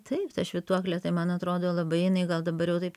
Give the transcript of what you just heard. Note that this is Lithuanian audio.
taip ta švytuoklė tai man atrodo labai jinai gal dabar jau taip